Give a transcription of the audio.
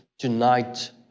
Tonight